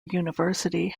university